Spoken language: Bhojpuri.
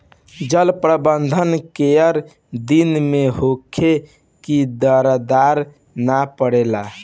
जल प्रबंधन केय दिन में होखे कि दरार न परेला?